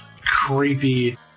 creepy